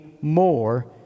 more